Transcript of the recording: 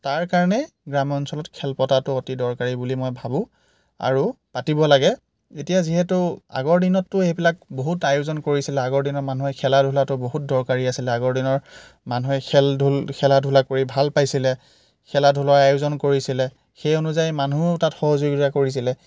তাৰ কাৰণেই গ্ৰাম্যঞ্চলত খেল পতাটো অতি দৰকাৰী বুলি মই ভাবোঁ আৰু পাতিব লাগে এতিয়া যিহেতু আগৰ দিনততো সেইবিলাক বহুত আয়োজন কৰিছিলে আগৰ দিনৰ মানুহে খেলা ধূলাটো বহুত দৰকাৰী আছিলে আগৰ দিনৰ মানুহে খেলা ধূলা খেলা ধূলা কৰি ভাল পাইছিলে খেলা ধূলাৰ আয়োজন কৰিছিলে সেই অনুযায়ী মানুহো তাত সহযোগিতা কৰিছিলে